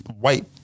White